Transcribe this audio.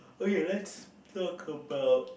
okay let's talk about